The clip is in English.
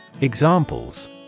Examples